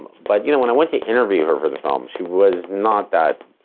but you know when i went to interview her for the film, she was not that,